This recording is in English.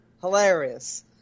hilarious